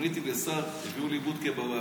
כשמוניתי לשר הביאו לי בודקה.